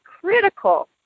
critical